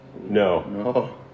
No